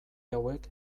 hauek